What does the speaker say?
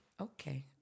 okay